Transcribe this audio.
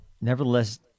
nevertheless